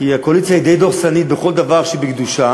כי הקואליציה היא די דורסנית בכל דבר שבקדושה,